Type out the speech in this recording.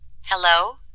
Hello